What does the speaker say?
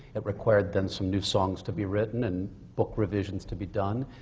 it required then some new songs to be written and book revisions to be done.